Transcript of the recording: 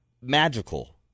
magical